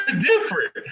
different